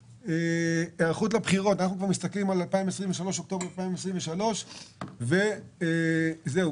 היערכות לבחירות: אנחנו כבר מסתכלים על אוקטובר 2023. זהו,